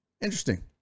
interesting